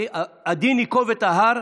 הדין ייקוב את ההר,